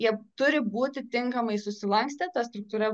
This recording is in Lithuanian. jie turi būti tinkamai susilankstę ta struktūra